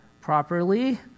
properly